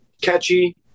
Catchy